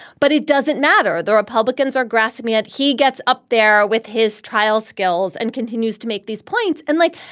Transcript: but it doesn't matter. the republicans are grassing me and he gets up there with his trial skills and continues to make these points. and like,